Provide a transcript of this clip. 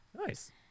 Nice